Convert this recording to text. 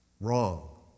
Wrong